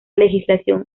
legislación